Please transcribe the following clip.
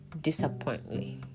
disappointingly